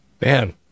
Man